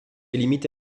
limite